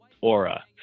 aura